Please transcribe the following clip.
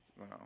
Wow